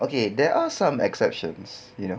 okay there are some exceptions you know